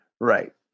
Right